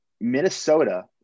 Minnesota